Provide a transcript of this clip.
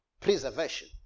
preservation